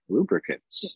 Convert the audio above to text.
Lubricants